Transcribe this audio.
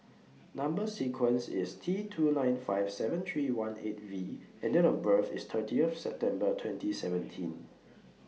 Number sequence IS T two nine five seven three one eight V and Date of birth IS thirtieth September twenty seventeen